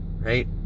right